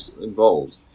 involved